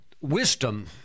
wisdom